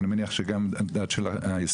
ואני מניח שגם הדת של האסלאם,